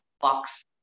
box